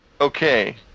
Okay